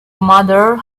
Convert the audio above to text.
mother